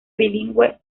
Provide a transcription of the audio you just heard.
bilingüe